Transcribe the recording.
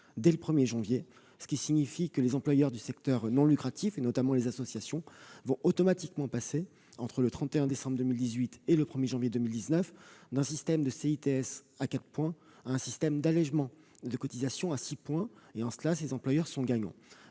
dès le 1 janvier. Les employeurs du secteur non lucratif, notamment les associations, vont donc automatiquement passer, entre le 31 décembre 2018 et le 1 janvier 2019, d'un système de CITS à 4 points à un système d'allégement de cotisations à 6 points. Ils seront donc gagnants.